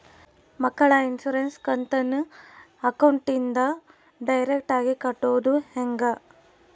ಮಕ್ಕಳ ಇನ್ಸುರೆನ್ಸ್ ಕಂತನ್ನ ಅಕೌಂಟಿಂದ ಡೈರೆಕ್ಟಾಗಿ ಕಟ್ಟೋದು ಹೆಂಗ?